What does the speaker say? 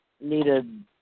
needed